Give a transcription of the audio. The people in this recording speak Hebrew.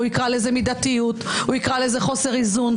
הוא יקרא לזה מידתיות, הוא יקרא לזה חוסר איזון.